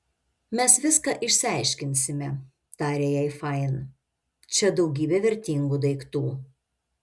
mes viską išsiaiškinsime tarė jai fain čia daugybė vertingų daiktų